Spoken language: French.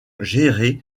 gérées